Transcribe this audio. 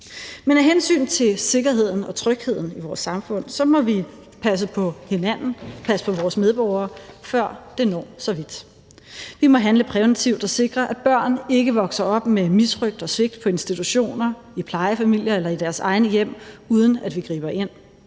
Men af hensyn til sikkerheden og trygheden i vores samfund må vi passe på hinanden, passe på vores medborgere, før det når så vidt. Vi må handle præventivt og sikre, at børn ikke vokser op med misrøgt og svigt på institutioner, i plejefamilier eller i deres egne hjem, uden at vi griber ind.